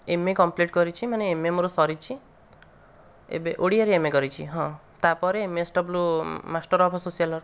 MA complete କରିଚି ମାନେ MA ମୋର ସରିଛି ଏବେ ଓଡ଼ିଆରେ ଏମଏ କରିଛି ହଁ ତାପରେ MSW master of social work